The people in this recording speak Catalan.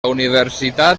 universitat